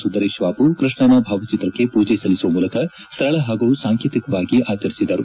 ಸುಂದರೇಶ್ ಬಾಬು ಕೃಷ್ಣನ ಭಾವಚಿತ್ರಕ್ಕೆ ಪೂಜೆ ಸಲ್ಲಿಸುವ ಮೂಲಕ ಸರಳ ಹಾಗೂ ಸಾಂಕೇತಿಕವಾಗಿ ಆಚರಿಸಿದರು